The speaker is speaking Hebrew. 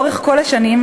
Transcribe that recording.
לאורך כל השנים,